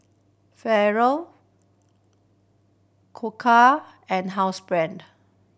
Koka and Housebrand